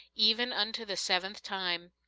even unto the seventh time.